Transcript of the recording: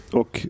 och